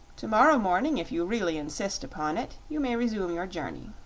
to-morrow morning, if you really insist upon it, you may resume your journey.